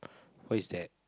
who's that